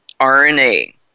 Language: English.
RNA